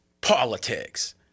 politics